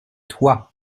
toi